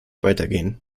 weitergehen